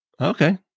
Okay